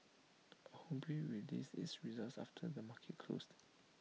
ho bee release its results after the market closed